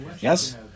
Yes